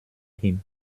him